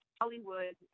Hollywood